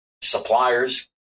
suppliers